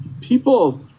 people